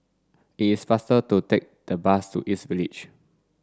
it is faster to take the bus to East Village